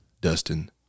Dustin